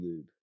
Lube